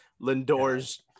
Lindor's